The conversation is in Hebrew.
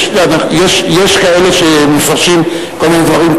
יש כאלה שמפרשים כל מיני דברים,